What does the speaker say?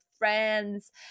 friends